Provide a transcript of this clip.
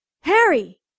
Harry